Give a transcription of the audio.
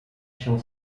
się